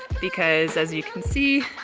because as you can see,